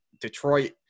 Detroit